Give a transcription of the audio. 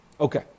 okay